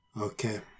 Okay